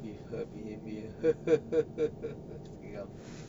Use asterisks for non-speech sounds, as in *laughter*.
with her behaviour *laughs* seram